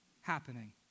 happening